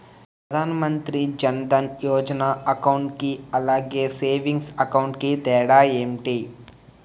Pradhan Mantri Jan Dhan Yojana account కి అలాగే savings account కి తేడా ఏంటి?